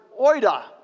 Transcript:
oida